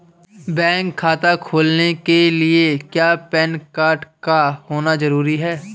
Bank खाता खोलने के लिए क्या पैन कार्ड का होना ज़रूरी है?